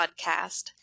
podcast